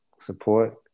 support